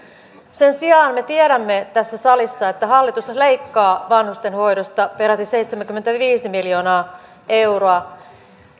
sen sijaan me tiedämme tässä salissa että hallitus leikkaa vanhustenhoidosta peräti seitsemänkymmentäviisi miljoonaa euroa